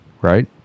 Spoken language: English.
right